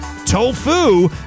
tofu